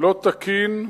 לא תקין,